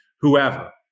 whoever